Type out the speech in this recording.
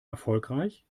erfolgreich